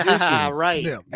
right